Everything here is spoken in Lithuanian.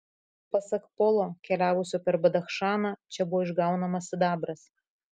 pasak polo keliavusio per badachšaną čia buvo išgaunamas sidabras